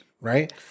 right